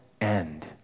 end